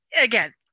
again